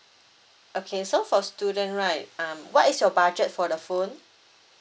okay so for student right um what is your budget for the phone